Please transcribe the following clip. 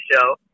show